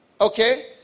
Okay